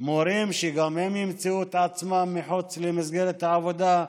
מורים שגם הם ימצאו את עצמם מחוץ למסגרת העבודה.